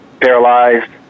paralyzed